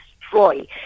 destroy